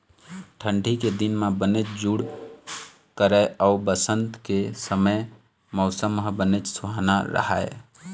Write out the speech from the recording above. ठंडी के दिन म बनेच जूड़ करय अउ बसंत के समे मउसम ह बनेच सुहाना राहय